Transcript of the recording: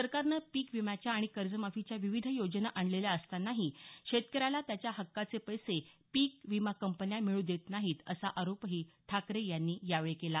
सरकारनं पीकविम्याच्या आणि कर्जमाफीच्या विविध योजना आणलेल्या असतानाही शेतकऱ्याला त्याच्या हक्काचे पैसे पीक विमा कंपन्या मिळू देत नाहीत असा आरोपही ठाकरे यांनी यावेळी केला